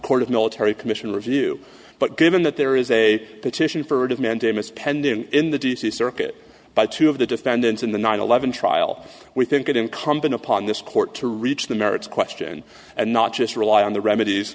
court of military commission review but given that there is a petition for writ of mandamus pending in the d c circuit by two of the defendants in the nine eleven trial we think it incumbent upon this court to reach the merits question and not just rely on the remedies